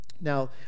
now